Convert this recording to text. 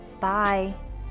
Bye